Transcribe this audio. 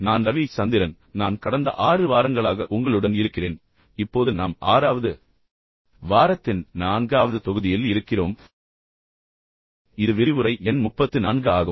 நான் ரவி சந்திரன் நான் கடந்த 6 வாரங்களாக உங்களுடன் இருக்கிறேன் இப்போது நாம் ஆறாவது வாரத்தின் நான்காவது தொகுதியில் இருக்கிறோம் இது விரிவுரை எண் 34 ஆகும்